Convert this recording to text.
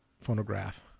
phonograph